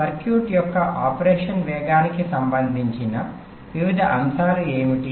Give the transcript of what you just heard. circuit యొక్క operation వేగానికి సంబంధించిన వివిధ అంశాలు ఏమిటి